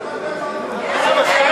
ברקו, ברקו,